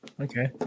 Okay